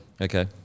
Okay